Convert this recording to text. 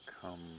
come